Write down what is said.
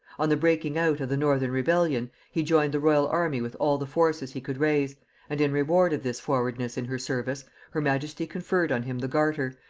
on the breaking out of the northern rebellion, he joined the royal army with all the forces he could raise and in reward of this forwardness in her service her majesty conferred on him the garter,